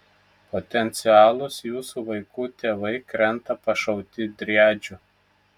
potencialūs jūsų vaikų tėvai krenta pašauti driadžių